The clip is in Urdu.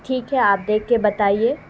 ٹھیک ہے آپ دیکھ کے بتائیے